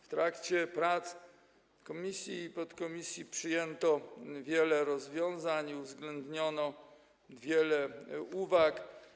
W trakcie prac komisji i podkomisji przyjęto wiele rozwiązań i uwzględniono wiele uwag.